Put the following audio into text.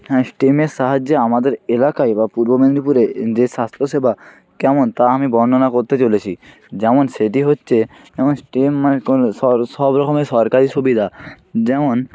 হ্যাঁ স্টেমের সাহায্যে আমাদের এলাকায় বা পূর্ব মেদিনীপুরে এ যে স্বাস্থ্য সেবা কেমন তা আমি বর্ণনা করতে চলেছি যেমন সেটি হচ্ছে যেমন স্টেম মানে সব রকমের সরকারি সুবিধা যেমন